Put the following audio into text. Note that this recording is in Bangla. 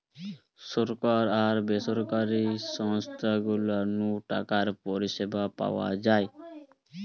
সরকার আর বেসরকারি সংস্থা গুলা নু টাকার পরিষেবা পাওয়া যায়